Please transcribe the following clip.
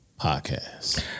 podcast